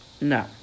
no